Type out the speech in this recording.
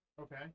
okay